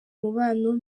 umubano